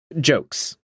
jokes